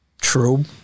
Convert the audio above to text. True